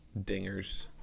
dingers